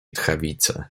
tchawicy